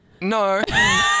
No